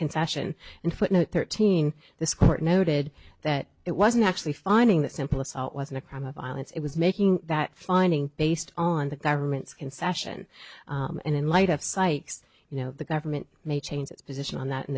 concession and footnote thirteen this court noted that it wasn't actually finding that simple assault wasn't a crime of violence it was making that finding based on the government's concession and in light of sites you know the government may change its position on that in